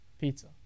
Pizza